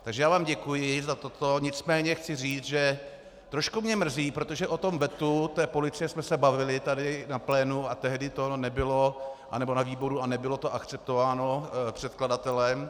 Takže já vám děkuji za toto, nicméně chci říct, že trošku mě mrzí, protože o tom vetu té policie jsme se bavili tady na plénu a tehdy to nebylo, anebo na výboru, a nebylo to akceptováno předkladatelem.